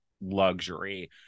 luxury